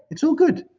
it's all good.